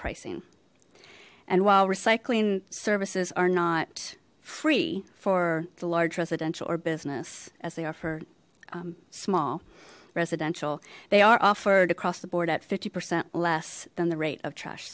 pricing and while recycling services are not free for the large residential or business as they are for small residential they are offered across the board at fifty percent less than the rate of trash